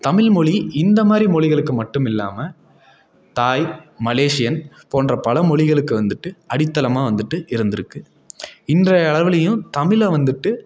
தமிழ் மொழி இந்த மாரி மொழிகளுக்கு மட்டுமில்லாமல் தாய் மலேஷியன் போன்ற பல மொழிகளுக்கு வந்துட்டு அடித்தளமாக வந்துட்டு இருந்துருக்குது இன்றைய அளவிலையும் தமிழை வந்துட்டு